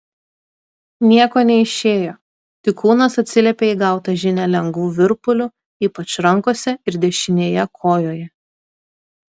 nieko neišėjo tik kūnas atsiliepė į gautą žinią lengvu virpuliu ypač rankose ir dešinėje kojoje